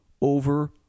over